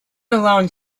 around